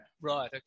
Right